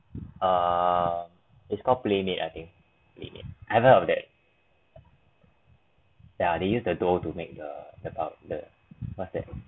um it's called playmade I think playmade I haven't heard of that yeah they use the dough to make the about the what's that